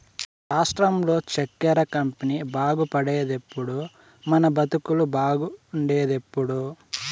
రాష్ట్రంలో చక్కెర కంపెనీ బాగుపడేదెప్పుడో మన బతుకులు బాగుండేదెప్పుడో